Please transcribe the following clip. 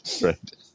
Right